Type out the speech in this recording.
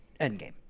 endgame